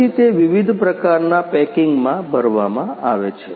પછી તે વિવિધ પ્રકારના પેકિંગમાં ભરવામાં આવે છે